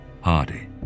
Hardy